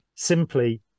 simply